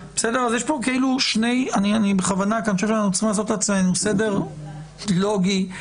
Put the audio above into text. אני חושב שאנחנו צריכים לעשות לעצמנו סדר לוגי.